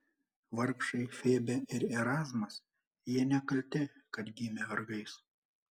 vargšai febė ir erazmas jie nekalti kad gimė vergais